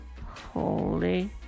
holy